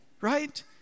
Right